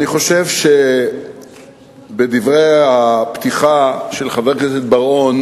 אני חושב שבדברי הפתיחה של חבר הכנסת בר-און